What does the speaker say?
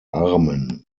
armen